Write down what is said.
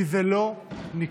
כי זה לא ניכר,